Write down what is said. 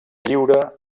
lliure